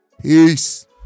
Peace